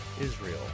Israel